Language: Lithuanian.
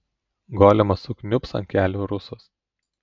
golemas sukniubs ant kelių rusas